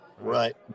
Right